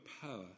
power